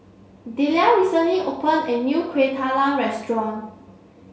Delia recently open a new Kueh Talam restaurant